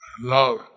love